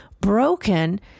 broken